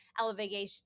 elevation